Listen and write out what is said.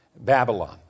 Babylon